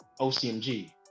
OCMG